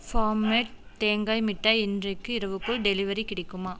form made தேங்காய் மிட்டாய் இன்றைக்கு இரவுக்குள் டெலிவரி கிடைக்குமா